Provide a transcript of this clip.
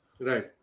right